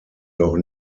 noch